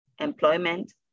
employment